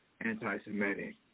Anti-Semitic